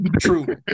true